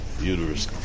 uterus